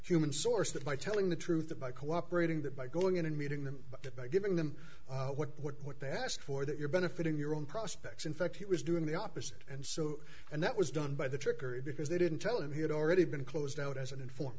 human source that by telling the truth about cooperating that by going in and meeting them by giving them what they asked for that you're benefiting your own prospects in fact he was doing the opposite and so and that was done by the trickery because they didn't tell him he had already been closed out as an inform